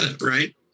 right